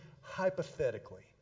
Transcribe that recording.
hypothetically